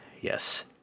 Yes